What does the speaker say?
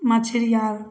मछरी आओर